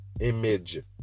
image